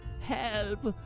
Help